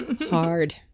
Hard